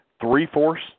three-fourths